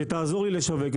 שתעזור לי לשווק.